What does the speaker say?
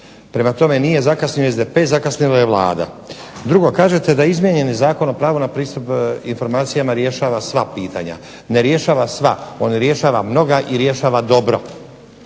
Prema tome nije zakasnio SDP, zakasnila je Vlada. Drugo, kažete da izmijenjeni Zakon o pravu na pristup informacijama rješava sva pitanja. Ne rješava sva, on rješava mnoga i rješava dobro,